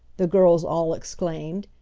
the girls all exclaimed,